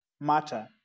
matter